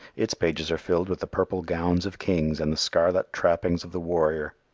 its pages are filled with the purple gowns of kings and the scarlet trappings of the warrior.